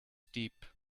deep